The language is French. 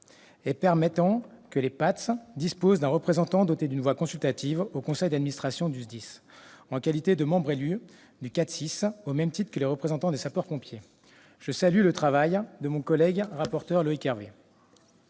d'autre part, que les PATS disposent d'un représentant doté d'une voix consultative au conseil d'administration du SDIS, en qualité de membre élu de la CATSIS, au même titre que les représentants des sapeurs-pompiers. Je salue là le travail de mon collègue rapporteur Loïc Hervé.